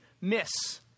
miss